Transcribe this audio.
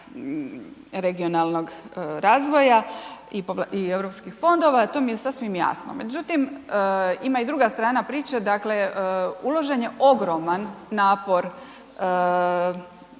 regionalnog razvoja i europskih fondova, to mi je sasvim jasno. Međutim, ima i druga strana priče, dakle, uložen je ogroman napor